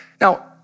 Now